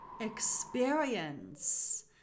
experience